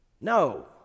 No